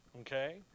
Okay